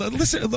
listen